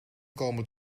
komen